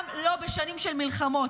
גם לא בשנים של מלחמות.